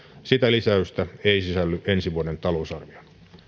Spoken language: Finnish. sitä lisäystä ei sisälly ensi vuoden talousarvioon